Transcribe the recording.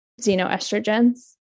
xenoestrogens